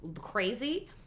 crazy